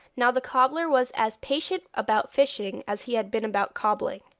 now the cobbler was as patient about fishing as he had been about cobbling.